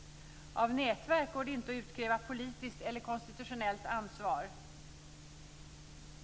- av nätverk går det inte att utkräva politiskt eller konstitutionellt ansvar.